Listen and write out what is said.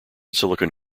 silicon